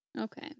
Okay